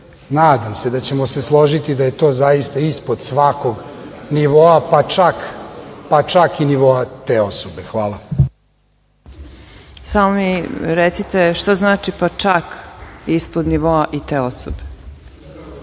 nadam se da ćemo se složiti da je to zaista ispod svakog nivoa, pa čak i nivoa te osobe. Hvala. **Marina Raguš** Samo mi recite šta znači - pa čak ispod nivoa i te osobe? Da